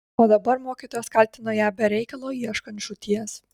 o dabar mokytojas kaltino ją be reikalo ieškant žūties